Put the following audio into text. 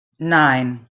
nine